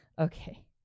Okay